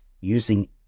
using